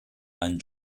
and